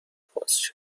بازشه